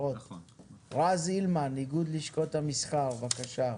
רז הילמן, איגוד לשכות המסחר, בבקשה.